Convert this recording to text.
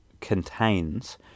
contains